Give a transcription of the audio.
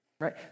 right